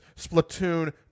Splatoon